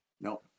no